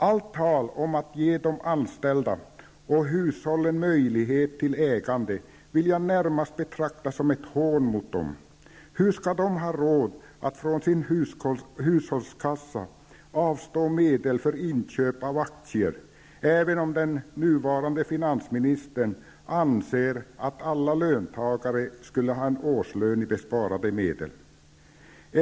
Allt tal om att ge de anställda och hushållen möjlighet till ägande vill jag närmast betrakta som ett hån mot dem. Hur skall de ha råd att avstå från sin hushållskassa medel för inköp av aktier, även om den nuvarande finansministern anser att alla löntagare skulle ha en årslön i besparade medel?